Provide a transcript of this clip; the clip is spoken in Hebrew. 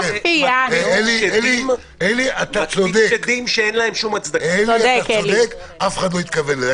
מקפיץ שדים שאף אחד לא התכוון אליהם.